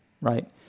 right